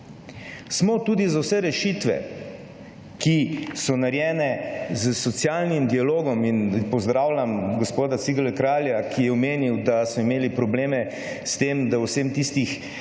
Smo tudi za vse rešitve, ki so narejene s socialnim dialogom in pozdravljam gospod Cigler Kralja, ki je omenil, da so imeli probleme s tem, da vseh tistih